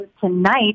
tonight